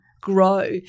grow